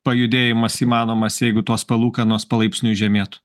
pajudėjimas įmanomas jeigu tos palūkanos palaipsniui žemėtų